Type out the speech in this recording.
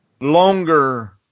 longer